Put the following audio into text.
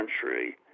country